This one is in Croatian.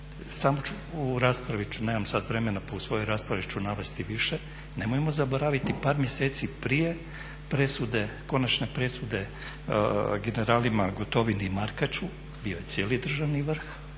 Samo ću, u raspravi ću, nemam sada vremena, pa u svojoj raspravi ću navesti više. Nemojmo zaboraviti par mjeseci prije presude, konačne presude generalima Gotovini i Markaču, bio je cijeli državni vrh.